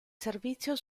servizio